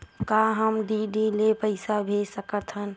का हम डी.डी ले पईसा भेज सकत हन?